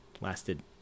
lasted